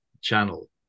channel